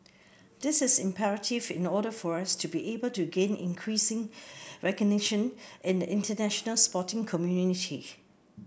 this is imperative in order for us to be able to gain increasing recognition in the international sporting community